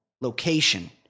location